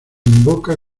invoca